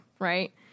Right